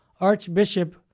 Archbishop